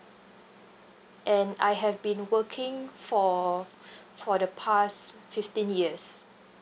and I have been working for for the past fifteen years